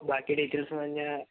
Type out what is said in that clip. ബാക്കി ഡീറ്റൈൽസ് എന്ന് പറഞ്ഞാൽ